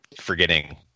forgetting